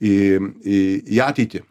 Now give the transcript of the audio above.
į į į ateitį